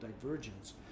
divergence